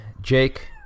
Jake